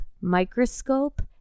microscope